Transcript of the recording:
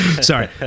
Sorry